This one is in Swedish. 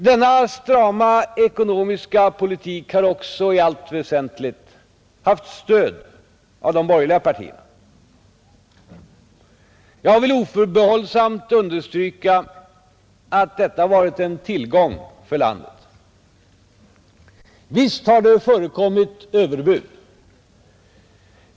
Denna strama ekonomiska politik har också i allt väsentligt haft stöd av de borgerliga partierna. Jag vill oförbehållsamt understryka att detta varit en tillgång för landet. Visst har det förekommit överbud.